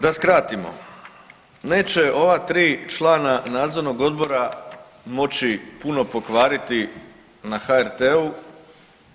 Da skratimo, neće ova tri člana nadzornog odbora moći puno pokvariti na HRT-u